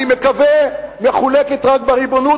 אני מקווה שמחולקת רק בריבונות,